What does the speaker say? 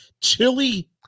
Chili